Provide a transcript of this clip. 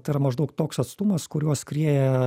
tai yra maždaug toks atstumas kuriuo skrieja